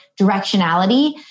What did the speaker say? directionality